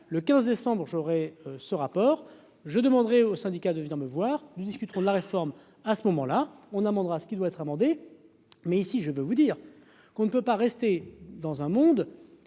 le 15 décembre j'aurais ce rapport, je demanderai aux syndicats de venir me voir nous discuteront de la réforme à ce moment-là on a Mendras ce qui doit être amendé. Mais ici, je peux vous dire qu'on ne peut pas rester dans un monde